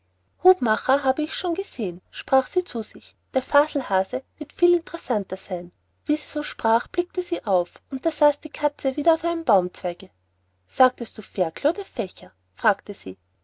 hutmacher habe ich schon gesehen sprach sie zu sich der faselhase wird viel interessanter sein wie sie so sprach blickte sie auf und da saß die katze wieder auf einem baumzweige sagtest du ferkel oder fächer fragte sie